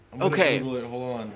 okay